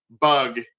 bug